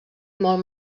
molt